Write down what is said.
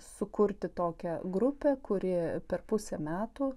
sukurti tokią grupę kuri per pusę metų